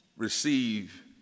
receive